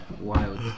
Wild